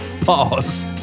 Pause